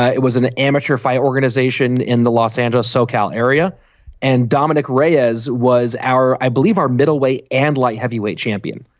it was an amateur fire organization in the los angeles so cal area and dominic ray as was our i believe our middle way and light heavyweight champion.